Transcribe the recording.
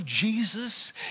Jesus